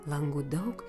langų daug